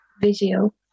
video